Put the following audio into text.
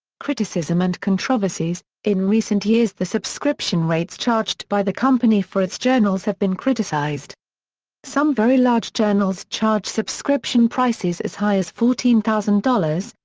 criticism and controversies in recent years the subscription rates charged by the company for its journals have been criticised some very large journals charge subscription prices as high as fourteen thousand dollars,